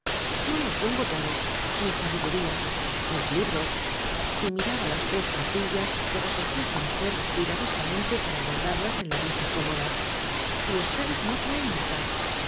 yo lo pongo todo mi sabiduría mis libros y miraba las tres cartillas que reco gía su mujer cuidadosamente para guardarlas la en vieja cómoda y ustedes no traen nada